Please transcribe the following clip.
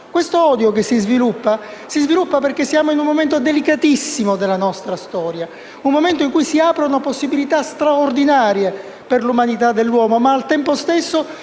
Grazie